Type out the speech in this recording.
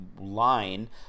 line